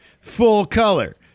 full-color